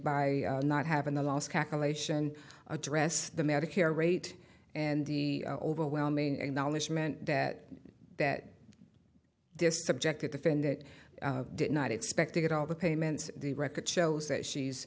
by not having the last calculation address the medicare rate and the overwhelming acknowledgment that that they're subjected to fend that did not expect to get all the payments the record shows that she's